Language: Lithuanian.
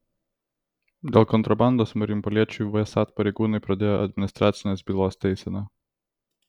dėl kontrabandos marijampoliečiui vsat pareigūnai pradėjo administracinės bylos teiseną